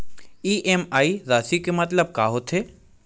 EMI राशि के मतलब का होथे?